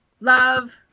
love